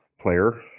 player